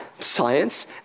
science